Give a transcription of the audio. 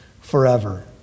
Forever